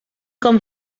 com